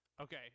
okay